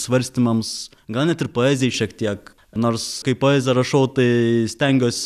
svarstymams gal net ir poezijai šiek tiek nors kai poeziją rašau tai stengiuos